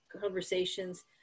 conversations